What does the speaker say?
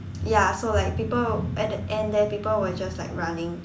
ya so like people at the end there people were just like running